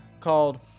called